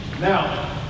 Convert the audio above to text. Now